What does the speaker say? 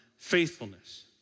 faithfulness